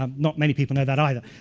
um not many people know that either.